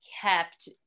kept